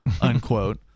unquote